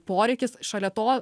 poreikis šalia to